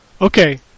Okay